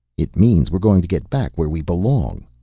it means we're going to get back where we belong,